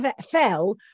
fell